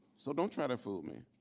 so don't try to fool me.